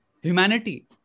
humanity